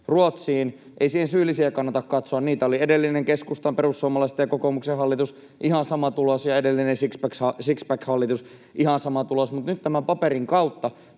Ei siihen syyllisiä kannata katsoa — niitä oli edellinen, keskustan, perussuomalaisten ja kokoomuksen hallitus, ihan sama tulos, ja edellinen sixpack-hallitus, ihan sama tulos — mutta nyt tämän paperin kautta